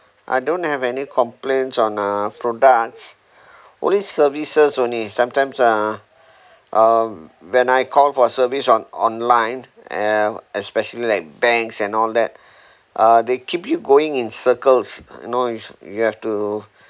I don't have any complaints on uh products only services only sometimes uh um when I call for service on~ online and especially like banks and all that uh they keep you going in circles you know you shou~ you have to